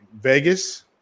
vegas